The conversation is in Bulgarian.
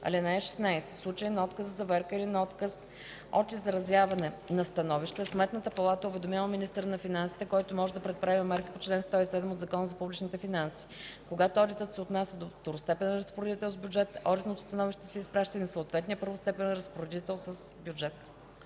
им. (16) В случай на отказ за заверка или на отказ от изразяване на становище Сметната палата уведомява министъра на финансите, който може да предприеме мерки по чл. 107 от Закона за публичните финанси. Когато одитът се отнася до второстепенен разпоредител с бюджет, одитното становище се изпраща и на съответния първостепенен разпоредител с бюджет.